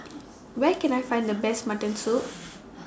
Where Can I Find The Best Mutton Soup